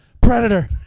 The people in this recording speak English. predator